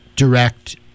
direct